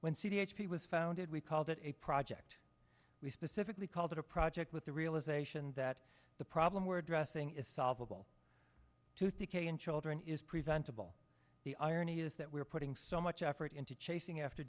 when c h p was founded we called it a project we specifically called it a project with the realization that the problem we're addressing is solvable tooth decay and children is preventable the irony is that we are putting so much effort into chasing after